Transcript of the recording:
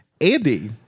Andy